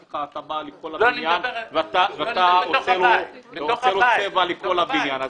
כשאתה בא לבניין ואתה עושה צבע לכל הבניין,